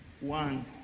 One